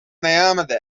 نیامده